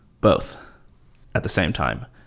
both at the same time.